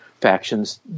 factions